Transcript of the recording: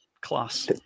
Class